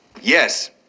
Yes